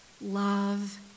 love